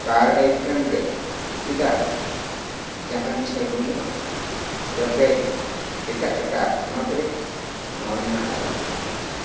ᱠᱟᱨ ᱟᱭᱴᱮᱢ ᱨᱮ ᱪᱮᱫᱟᱜ ᱡᱟᱦᱟᱱ ᱪᱷᱟᱹᱲ ᱵᱟᱹᱱᱩᱜᱼᱟ ᱡᱚᱠᱷᱮᱡ ᱮᱴᱟᱜ ᱮᱴᱟᱜ ᱛᱷᱚᱱᱚᱛ ᱨᱮ ᱱᱚᱣᱟ ᱢᱮᱱᱟᱜ ᱟᱠᱟᱫᱟ